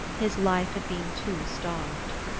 his life had been too starved.